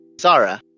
Zara